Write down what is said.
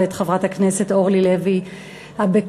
ואת חברת הכנסת אורלי לוי אבקסיס,